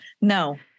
No